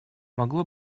могло